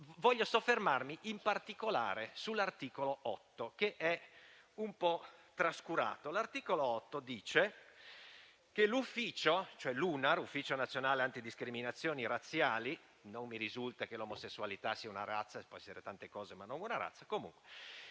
Voglio soffermarmi in particolare sull'articolo 8, che è stato un po' trascurato. L'articolo 8 dice che l'Ufficio nazionale antidiscriminazioni razziali (UNAR) - non mi risulta che l'omosessualità sia una razza, può essere tante cose ma non una razza -